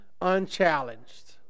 unchallenged